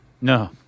No